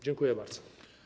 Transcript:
Dziękuję bardzo.